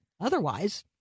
Otherwise